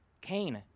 Cain